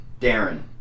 Darren